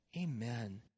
Amen